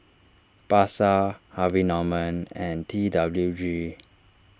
Pasar Harvey Norman and T W G